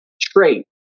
trait